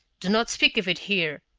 do not speak of it here,